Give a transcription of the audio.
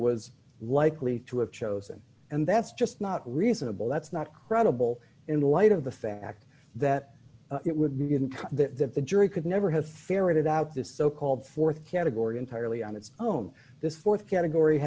was likely to have chosen and that's just not reasonable that's not credible in light of the fact that it would be the the jury could never have ferreted out this so called th category entirely on its own this th category